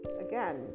again